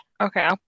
Okay